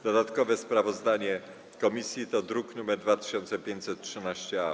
Dodatkowe sprawozdanie komisji to druk nr 2513-A.